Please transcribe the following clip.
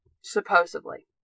supposedly